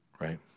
Right